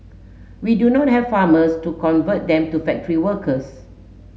we do not have farmers to convert them to factory workers